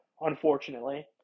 unfortunately